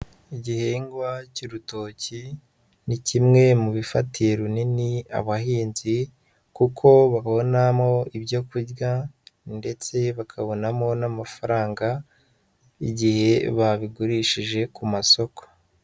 Igihingwa cy'urutoki ni kimwe mubifatiye runini abahinzi, kuko babonamo ibyo kurya ndetse bakabonamo n'amafaranga igihe babigurishije ku masoko.